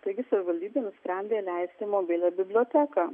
taigi savivaldybė nusprendė leisti mobilią biblioteką